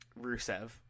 Rusev